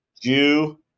Jew